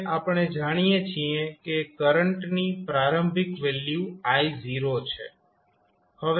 હવે આપણે જાણીએ છીએ કે કરંટની પ્રારંભિક વેલ્યુ I0 છે